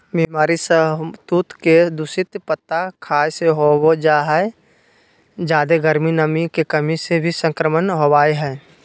बीमारी सहतूत के दूषित पत्ता खाय से हो जा हई जादे गर्मी, नमी के कमी से भी संक्रमण होवई हई